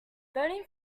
burning